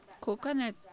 Coconut